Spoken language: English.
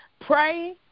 pray